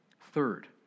Third